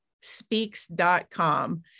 speaks.com